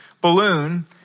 balloon